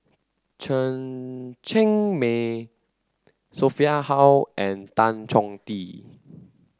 Chen Cheng Mei Sophia Hull and Tan Chong Tee